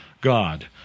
God